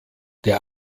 der